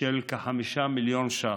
של כ-5 מיליון ש"ח.